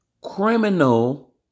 criminal